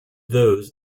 those